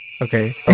Okay